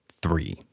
three